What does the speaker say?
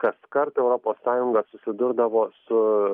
kaskart europos sąjunga susidurdavo su